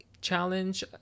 challenge